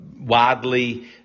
widely